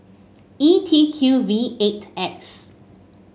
E T Q V eight X